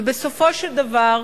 ובסופו של דבר,